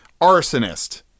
Arsonist